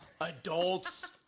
Adults